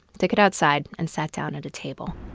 took it outside and sat down at a table.